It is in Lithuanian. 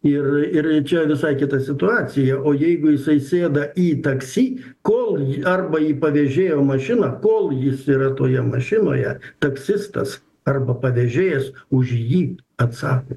ir ir čia visai kita situacija o jeigu jisai sėda į taksi kol jį arba jį pavėžėjo mašina kol jis yra toje mašinoje taksistas arba pavėžėjas už jį atsako